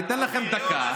ניתן לכם דקה,